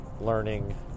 learning